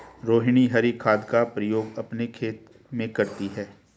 रोहिनी हरी खाद का प्रयोग अपने खेत में करती है